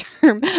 term